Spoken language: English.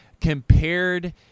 compared